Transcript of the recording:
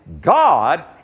god